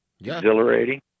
exhilarating